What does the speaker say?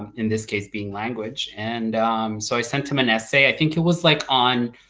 in this case being language. and so i sent them an essay. i think it was like on